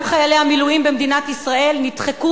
גם חיילי המילואים במדינת ישראל נדחקו